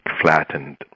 flattened